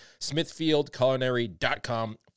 smithfieldculinary.com